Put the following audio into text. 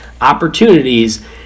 opportunities